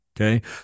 okay